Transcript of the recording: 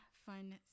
Fun